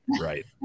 right